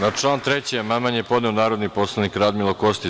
Na član 3. amandman je podneo narodni poslanik Radmilo Kostić.